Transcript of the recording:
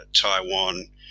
Taiwan